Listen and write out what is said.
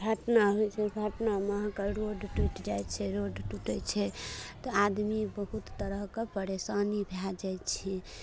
घटना होइ छै घटनामे अहाँके से रोड टूटि जाइ छै रोड टूटै छै तऽ आदमी बहुत तरहके परेशानी भए जाइ छै